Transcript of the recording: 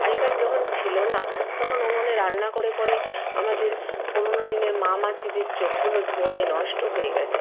আগেকার যখন ছিলো না তখন উনুনে রান্না করে করে আমাদের পুরোনো দিনের মা মাসিদের চোখগুলো ধোঁয়ায় নষ্ট হয়ে গেছে